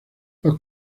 los